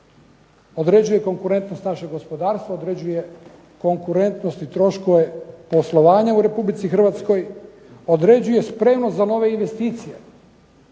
određuje konkurentnost našeg gospodarstva određuje troškove poslovanja u Republici Hrvatskoj, određuje spremnost za nove investicije